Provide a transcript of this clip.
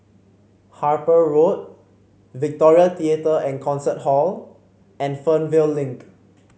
Harper Road Victoria Theatre and Concert Hall and Fernvale Link